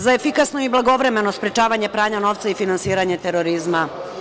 za efikasno i blagovremeno sprečavanje pranja novca i finansiranje terorizma.